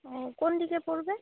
ও কোন দিকে পড়বে